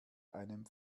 einem